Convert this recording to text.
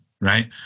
Right